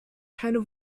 keine